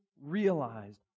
realized